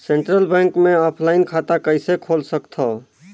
Central Bank मे offline खाता कइसे खोल सकथव?